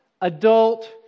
adult